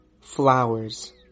Flowers